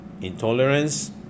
intolerance